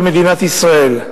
במדינת ישראל,